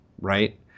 right